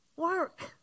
Work